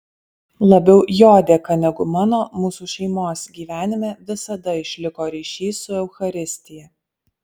labiau jo dėka negu mano mūsų šeimos gyvenime visada išliko ryšys su eucharistija